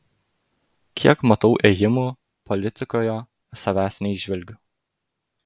kiek matau ėjimų politikoje savęs neįžvelgiu